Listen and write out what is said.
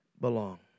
belong